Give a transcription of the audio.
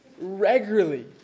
regularly